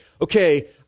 okay